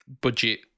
budget